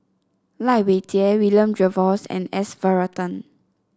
Lai Weijie William Jervois and S Varathan